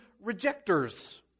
rejectors